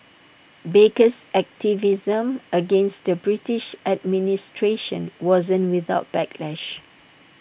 baker's activism against the British administration wasn't without backlash